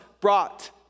brought